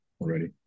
already